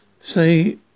say